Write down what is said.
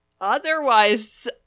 otherwise